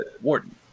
Warden